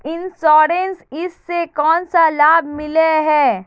Insurance इस से कोन सा लाभ मिले है?